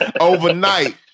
Overnight